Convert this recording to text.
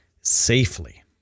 safely